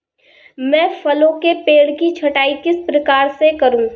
मैं फलों के पेड़ की छटाई किस प्रकार से करूं?